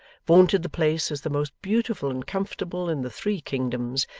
vaunted the place as the most beautiful and comfortable in the three kingdoms,